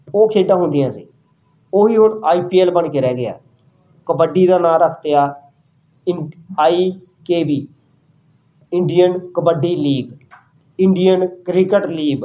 ਉਹ ਖੇਡਾਂ ਹੁੰਦੀਆਂ ਸੀ ਉਹੀ ਹੁਣ ਆਈ ਪੀ ਐੱਲ ਬਣ ਕੇ ਰਹਿ ਗਿਆ ਕਬੱਡੀ ਦਾ ਨਾਂ ਰੱਖ ਤਿਆ ਇੰ I K B Indian kabaddi league Indian cricket league